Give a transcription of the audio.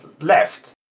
left